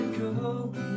go